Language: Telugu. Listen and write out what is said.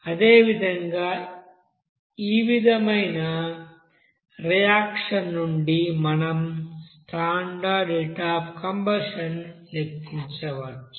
అదేవిధంగా ఈ విధమైన రియాక్షన్ నుండి మనం స్టాండర్డ్ హీట్ అఫ్ కంబషన్ లెక్కించవచ్చు